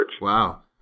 Wow